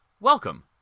welcome